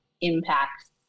impacts